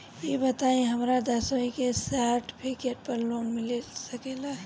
ई बताई हमरा दसवीं के सेर्टफिकेट पर लोन मिल सकेला?